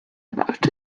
about